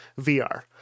VR